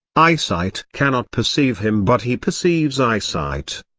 eyesight cannot perceive him but he perceives eyesight.